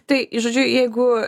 tai žodžiu jeigu